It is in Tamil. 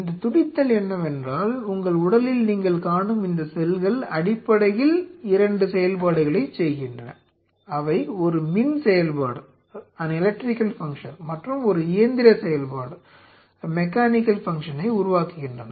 இந்த துடித்தல் என்னவென்றால் உங்கள் உடலில் நீங்கள் காணும் இந்த செல்கள் அடிப்படையில் இரண்டு செயல்பாடுகளைச் செய்கின்றன அவை ஒரு மின் செயல்பாடு மற்றும் ஒரு இயந்திர செயல்பாட்டை உருவாக்குகின்றன